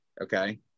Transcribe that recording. okay